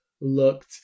looked